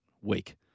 week